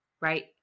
right